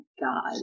god